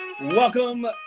Welcome